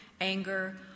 anger